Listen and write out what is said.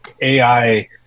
AI